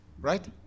right